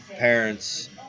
Parents